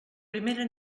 primera